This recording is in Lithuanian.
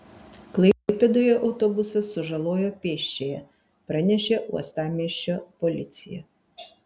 klaipėdoje autobusas sužalojo pėsčiąją pranešė uostamiesčio policija